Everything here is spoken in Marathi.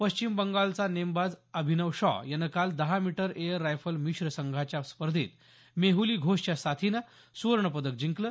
पश्चिम बंगालचा नेमबाज अभिनव शॉ यानं काल दहा मीटर एअर रायफल मिश्र संघांच्या स्पर्धेत मेहली घोषच्या साथीनं सुवर्ण पदक जिंकलं